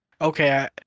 okay